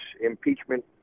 impeachment